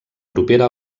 propera